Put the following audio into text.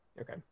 Okay